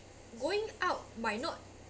going out might not